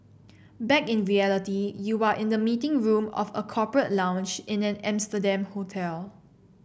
back in reality you are in the meeting room of a corporate lounge in an Amsterdam hotel